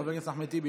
חבר הכנסת אחמד טיבי,